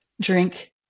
drink